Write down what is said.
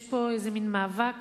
יש פה איזה מין מאבק